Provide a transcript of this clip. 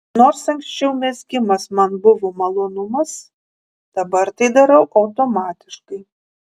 nors anksčiau mezgimas man buvo malonumas dabar tai darau automatiškai